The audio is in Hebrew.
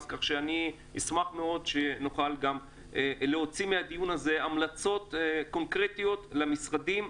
אני אשמח מאוד אם נוכל גם להוציא מהדיון הזה המלצות קונקרטיות למשרדים,